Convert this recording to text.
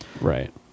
right